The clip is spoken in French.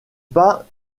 pas